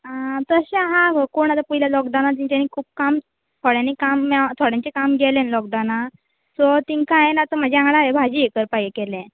आं तशें आहा गो कोण आतां पयल्या लॉकडावनांत ज्यांच्यानी खूब काम थोड्यांनी काम थोड्यांचे काम गेले न्ही लॉकडावनांत सो तेका हांये आतां म्हजे वांगडा हे भाजी हे करपाक हे केले